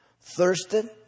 thirsted